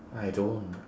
I don't